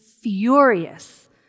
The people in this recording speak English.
furious